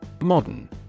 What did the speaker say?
Modern